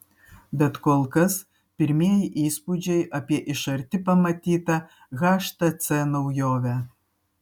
bet kol kas pirmieji įspūdžiai apie iš arti pamatytą htc naujovę